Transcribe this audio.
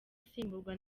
asimburwa